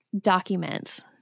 documents